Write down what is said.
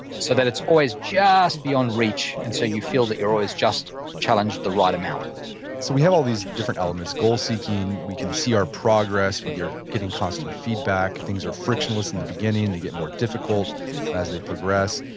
so that it's always just beyond reach, and so you feel that you're always just challenged the right amount so we have all these different elements, goal seeking. we can see our progress. we are getting constant feedback. things are frictionless in the beginning. they get more difficult as they progress.